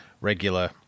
Regular